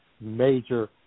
major